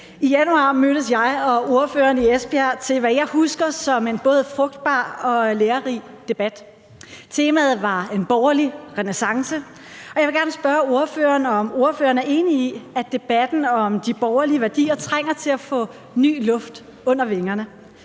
I januar mødtes jeg og ordføreren i Esbjerg til, hvad jeg husker som en både frugtbar og lærerig debat. Temaet var en borgerlig renæssance, og jeg vil gerne spørge ordføreren, om ordføreren er enig i, at debatten om de borgerlige værdier trænger til at få ny luft under vingerne.